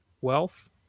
wealth